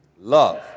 Love